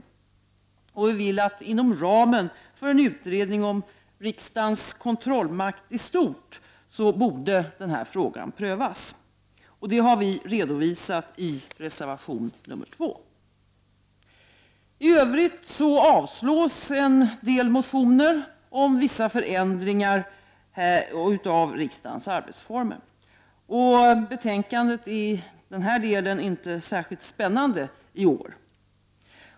Vi vill att den här frågan prövas inom ramen för en utredning om riksdagens kontrollmakt i stort. Det har vi redovisat i reservation nr 2. I övrigt avstyrks en del motioner om vissa förändringar av riksdagens arbetsformer. Betänkandet är i den här delen inte särskilt spännande i år.